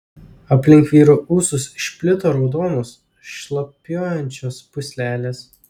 aplink vyro ūsus išplito raudonos šlapiuojančios pūslelės